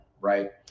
right